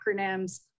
acronyms